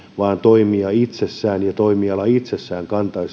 vaan toimija itsessään ja toimiala itsessään kantaisivat sen vastuun ja ne